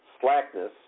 slackness